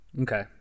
Okay